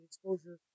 exposure